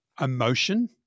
emotion